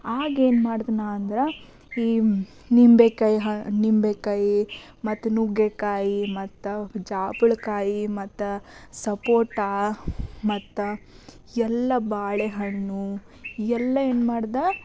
ಆಗೇನು ಮಾಡ್ದೆ ನಾ ಅಂದ್ರೆ ಈ ನಿಂಬೆಕಾಯಿ ಹ ನಿಂಬೆಕಾಯಿ ಮತ್ತು ನುಗ್ಗೆಕಾಯಿ ಮತ್ತು ಜಾಪಳಕಾಯಿ ಮತ್ತು ಸಪೋಟಾ ಮತ್ತು ಎಲ್ಲ ಬಾಳೆಹಣ್ಣು ಎಲ್ಲ ಏನು ಮಾಡ್ದೆ